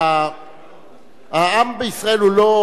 העם בישראל הוא לא עם,